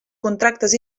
contractes